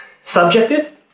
Subjective